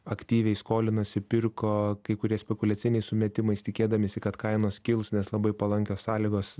aktyviai skolinosi pirko kai kurie spekuliaciniais sumetimais tikėdamiesi kad kainos kils nes labai palankios sąlygos